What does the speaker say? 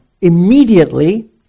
Immediately